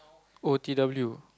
O T W